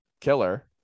killer